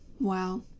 Wow